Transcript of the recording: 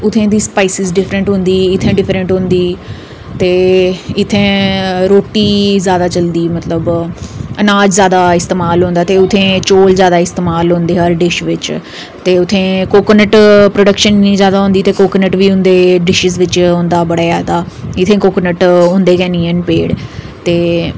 उत्थै दी स्पाइस अलग होंदी इत्थै डिफरैंट होंदी ते इत्थै रुट्टी जैदा चलदी मतलब नाज जैदा इत्थै इस्तेमाल होंदा ते उत्थै चौल जैदा इस्तेमाल होंदे हर डिश बिच ते उत्थै कोकोनेट प्रोडक्शन इन्नी जैदा होंदी ते कोकोनेट बी उंदे डिशें बिच होंदा बडे जैदा इत्थै कोकोनेट होंदे गै नेईं हैन बिल्कुल ते